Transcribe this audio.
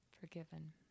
forgiven